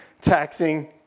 taxing